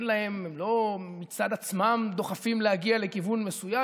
הם לא מצד עצמם דוחפים להגיע לכיוון מסוים.